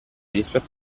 rispetto